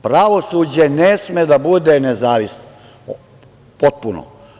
Pravosuđe ne sme da bude nezavisno potpuno.